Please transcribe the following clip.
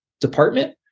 department